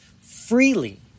freely